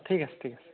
ঠিক আছে ঠিক আছে